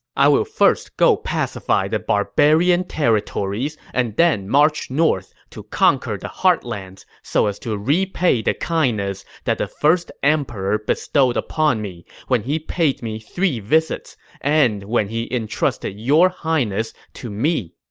i will first go pacify the barbarian territories and then march north to conquer the heartlands so as to repay the kindness that the first emperor bestowed on me when he paid me three visits and when he entrusted your highness to me.